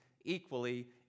equally